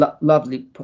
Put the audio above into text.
lovely